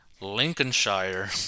Lincolnshire